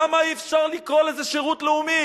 למה אי-אפשר לקרוא לזה שירות לאומי?